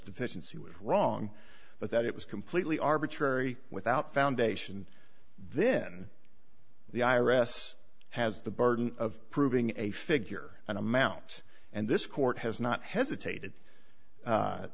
deficiency was wrong but that it was completely arbitrary without foundation then the i r s has the burden of proving a figure and amounts and this court has not hesitated